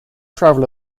travel